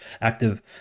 active